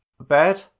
bed